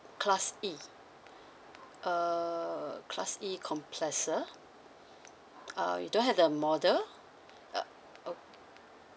class E uh class E Kompressor uh you don't have the model uh ok~